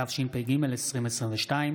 התשפ"ג 2022,